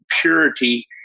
purity